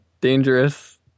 dangerous